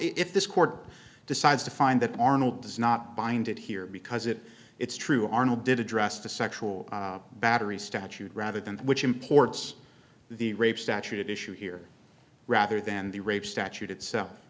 if this court decides to find that arnold does not bind it here because it it's true arnold did address the sexual battery statute rather than that which imports the rape statute issue here rather than the rape statute itself